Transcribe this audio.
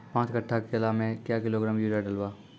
पाँच कट्ठा केला मे क्या किलोग्राम यूरिया डलवा?